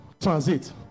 transit